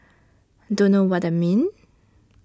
don't know what I mean